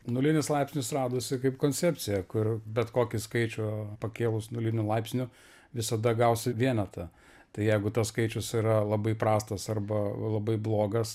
nulinis laipsnis radosi kaip koncepcija kur bet kokį skaičių pakėlus nuliniu laipsniu visada gausi vienetą tai jeigu tas skaičius yra labai prastas arba labai blogas